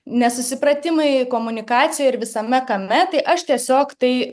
nesusipratimai komunikacijoje ir visame kame tai aš tiesiog tai